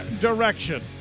direction